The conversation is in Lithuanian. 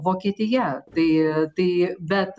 vokietija tai tai bet